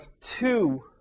two